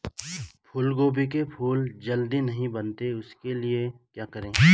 फूलगोभी के फूल जल्दी नहीं बनते उसके लिए क्या करें?